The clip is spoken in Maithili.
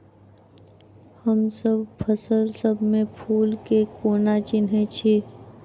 हमसब फसल सब मे फूल केँ कोना चिन्है छी?